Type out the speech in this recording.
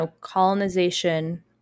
colonization